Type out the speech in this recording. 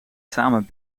samen